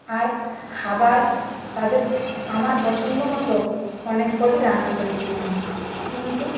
আর খাবার তাদের আমার পছন্দ মতো অনেক পদই রান্না করেছিলাম কিন্তু